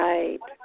Right